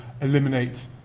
eliminate